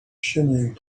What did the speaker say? shimmering